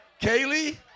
Kaylee